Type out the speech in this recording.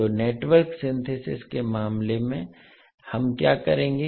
तो network synthesis के मामले में हम क्या करेंगे